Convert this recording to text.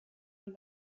ahal